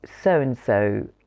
so-and-so